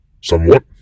somewhat